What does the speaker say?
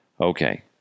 okay